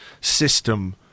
system